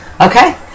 Okay